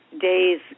days